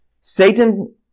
Satan